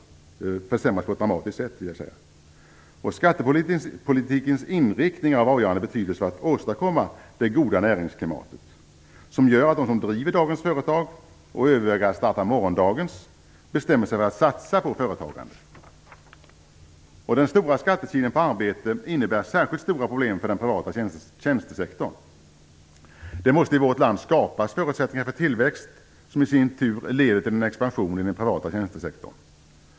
Det försämras på ett dramatiskt sätt, vill jag säga. Skattepolitikens inriktning är av avgörande betydelse för att vi skall kunna åstadkomma det goda näringsklimat som gör att de som driver dagens företag och överväger att starta morgondagens bestämmer sig för att satsa på företagande. Den stora skattekilen på arbete innebär särskilt stora problem för den privata tjänstesektorn. Det måste i vårt land skapas förutsättningar för tillväxt som i sin tur leder till en expansion i den privata tjänstesektorn.